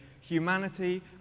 humanity